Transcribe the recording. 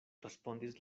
respondis